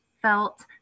felt